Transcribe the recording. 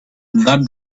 that